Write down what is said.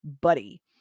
buddy